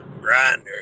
Grinder